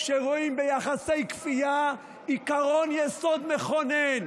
שרואים ביחסי כפייה עקרון יסוד מכונן,